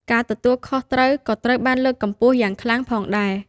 ការទទួលខុសត្រូវក៏ត្រូវបានលើកកម្ពស់យ៉ាងខ្លាំងផងដែរ។